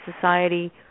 society